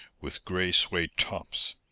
with gray suede tops.